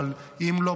אבל אם לא,